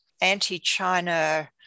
anti-China